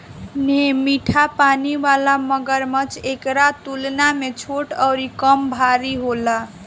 उहे मीठा पानी वाला मगरमच्छ एकरा तुलना में छोट अउरी कम भारी होला